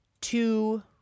two